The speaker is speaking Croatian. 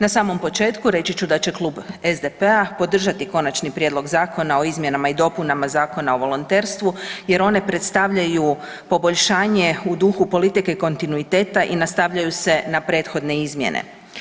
Na samom početku, reći ću da će Klub SDP-a podržati Konačni prijedlog zakona izmjenama i dopunama Zakona o volonterstvu jer one predstavljaju poboljšanje u duhu politike kontinuiteta i nastavljaju se na prethodne izmjene.